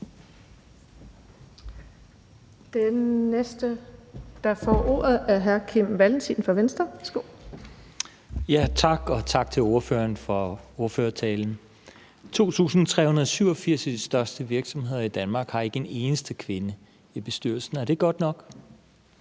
Venstre. Værsgo. Kl. 14:45 Kim Valentin (V): Tak, og tak til ordføreren for ordførertalen. 2.387 af de største virksomheder i Danmark har ikke en eneste kvinde i bestyrelsen. Er det godt nok?